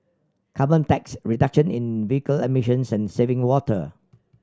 carbon tax reduction in vehicle emissions and saving water